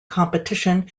competition